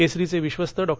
केसरीचे विश्वस्त डॉ